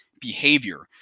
behavior